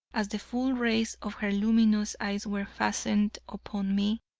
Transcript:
as the full rays of her luminous eyes were fastened upon me,